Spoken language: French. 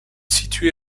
situé